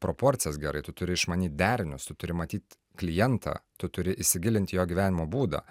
proporcijas gerai tu turi išmanyt derinius tu turi matyt klientą tu turi įsigilint į jo gyvenimo būdą